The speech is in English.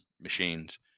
machines